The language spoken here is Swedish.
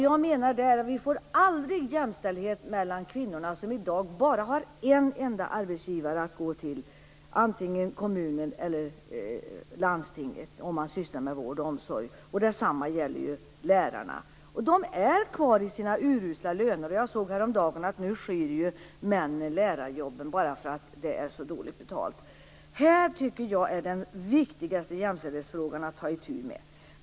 Jag menar att vi aldrig får jämställdhet mellan kvinnorna som i dag bara har en enda arbetsgivare att gå till, antingen kommunen eller landstinget om man sysslar med vård och omsorg. Detsamma gäller för lärarna. De är kvar i sina urusla löner. Jag såg häromdagen att männen nu skyr lärarjobben bara för att det är så dåligt betalt. Det tycker jag är den viktigaste jämställdhetsfrågan att ta itu med.